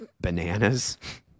bananas